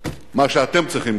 מה שאתם צריכים לעשות.